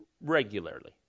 Regularly